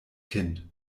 kind